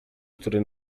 który